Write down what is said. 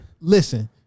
listen